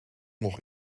nog